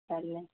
पैह्ले